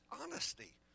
honesty